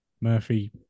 Murphy